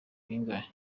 bingahe